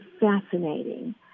fascinating